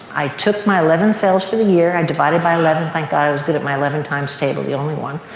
i took my eleven sales for the year, i divided by eleven, thank god i was good at my eleven times tables, the only one,